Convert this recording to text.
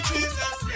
Jesus